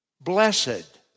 blessed